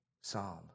psalm